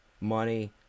money